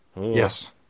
Yes